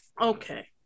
okay